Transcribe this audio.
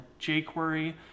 jQuery